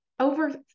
Over